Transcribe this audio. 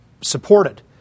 supported